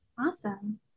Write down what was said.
Awesome